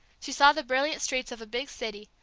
she saw the brilliant streets of a big city,